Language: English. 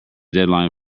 deadline